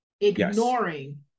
ignoring